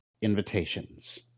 invitations